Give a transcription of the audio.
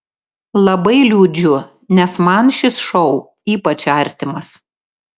labai liūdžiu nes man šis šou ypač artimas